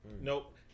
Nope